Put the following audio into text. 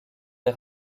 les